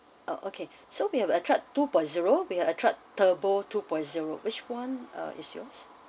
oh okay so we have to attrage two point zero will attrage turbo two point zero which one is yours